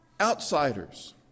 outsiders